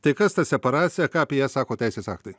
tai kas ta separacija ką apie ją sako teisės aktai